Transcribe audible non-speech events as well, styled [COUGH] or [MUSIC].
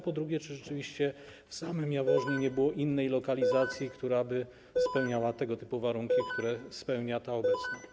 Po drugie, czy rzeczywiście w samym Jaworznie nie było innej lokalizacji, [NOISE] która by spełniała tego typu warunki, które spełnia ta obecna?